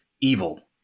Evil